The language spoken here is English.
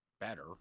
better